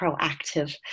proactive